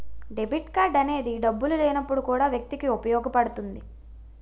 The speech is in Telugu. డెబిట్ కార్డ్ అనేది డబ్బులు లేనప్పుడు కూడా వ్యక్తికి ఉపయోగపడుతుంది